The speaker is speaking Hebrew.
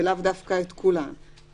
ולאו דווקא את כולן,